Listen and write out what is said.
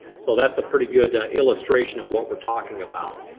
so that's a pretty good illustration of what we're talking about.